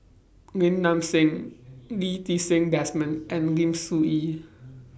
Lim Nang Seng Lee Ti Seng Desmond and Lim Soo Ngee